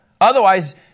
Otherwise